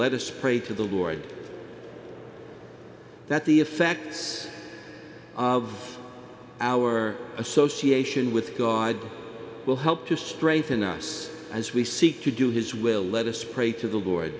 us pray to the lord that the effects of our association with god will help to strengthen us as we seek to do his will let us pray to the lord